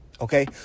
Okay